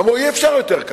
ואמרו: אי-אפשר יותר ככה.